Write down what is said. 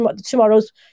tomorrow's